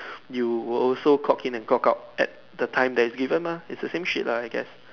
you will also clock in clock out at the time that is given mah is the same shit I guess